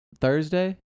Thursday